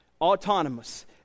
autonomous